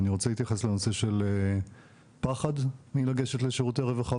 אני רוצה להתייחס לנושא של פחד מלגשת לשירותי הרווחה